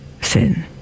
sin